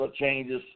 changes